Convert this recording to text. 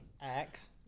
Axe